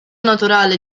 naturale